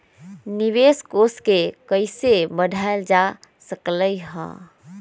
निवेश कोष के कइसे बढ़ाएल जा सकलई ह?